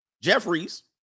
Jeffries